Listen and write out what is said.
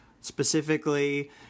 specifically